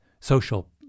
social